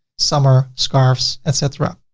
summer scarves, et cetera.